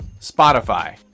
Spotify